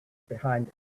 behind